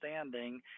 understanding